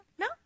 No